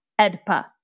EDPA